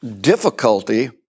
difficulty